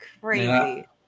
Crazy